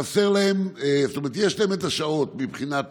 יש להם את השעות, מבחינת